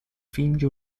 finge